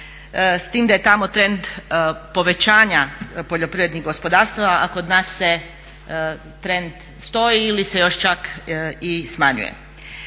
s time da je tamo trend povećanja poljoprivrednih gospodarstava a kod nas trend stoji ili se još čak i smanjuje.